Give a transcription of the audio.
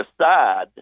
aside